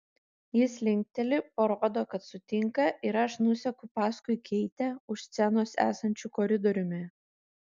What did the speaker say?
jis linkteli parodo kad sutinka ir aš nuseku paskui keitę už scenos esančiu koridoriumi